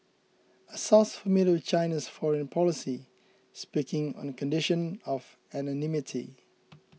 a source familiar with China's foreign policy speaking on condition of anonymity